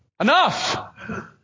Enough